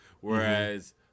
Whereas